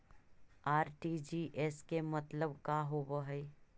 RTGS के मतलब का होव हई?